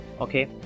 okay